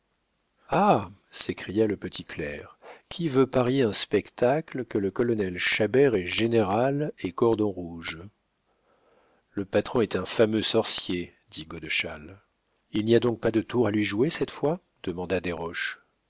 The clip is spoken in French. ha s'écria le petit clerc qui veut parier un spectacle que le colonel chabert est général et cordon rouge le patron est un fameux sorcier dit godeschal il n'y a donc pas de tour à lui jouer cette fois demanda desroches